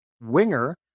winger